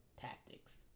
tactics